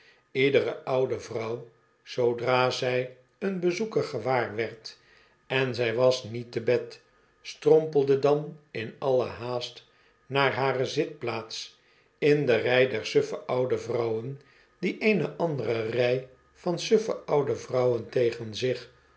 iedere oude vrouw zoodra zij een bezoeker gewaar werd en zij was niet te bed strompelde dan in alle haast naar hare zitplaats in de rij der suffe oude vrouwen die eene andere rij van suffe oude vrouwen tegen zich